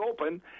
open